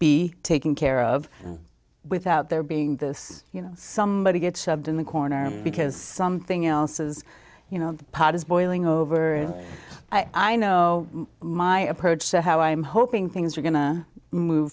be taken care of without there being this you know somebody gets shoved in the corner because something else is you know the pot is boiling over and i know my approach to how i'm hoping things are going to move